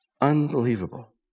Unbelievable